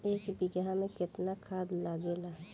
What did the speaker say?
एक बिगहा में केतना खाद लागेला?